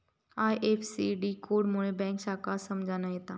IFSC code मुळे bank शाखा समजान येता